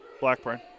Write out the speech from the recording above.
Blackburn